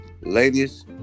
Ladies